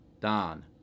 Don